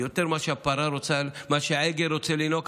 יותר מאשר העגל רוצה לינוק,